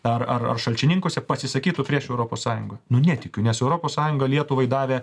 ar ar ar šalčininkuose pasisakytų prieš europos sąjungą nu netikiu nes europos sąjunga lietuvai davė